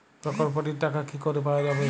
প্রকল্পটি র টাকা কি করে পাওয়া যাবে?